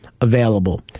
available